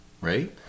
right